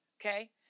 Okay